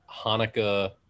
Hanukkah